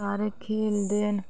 सारे खेलदे ना